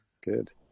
Good